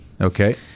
Okay